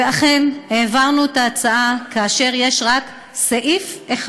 ואכן, העברנו את ההצעה כאשר יש רק סעיף אחד,